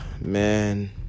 Man